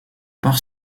part